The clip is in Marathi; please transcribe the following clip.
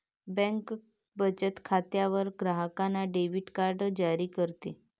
बँक बचत खात्यावर ग्राहकांना डेबिट कार्ड जारी करते